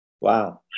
Wow